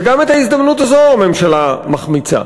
וגם את ההזדמנות הזו הממשלה מחמיצה.